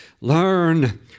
learn